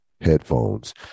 headphones